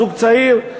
זוג צעיר,